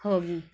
ہوگی